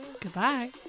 Goodbye